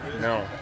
no